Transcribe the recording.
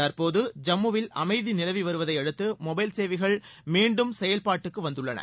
தற்போது ஜம்முவில் அமைதி நிலவி வருவதையடுத்து மொபைல் சேவைகள் மீண்டும் செயல்பாட்டுக்கு வந்துள்ளன